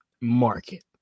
market